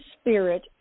spirit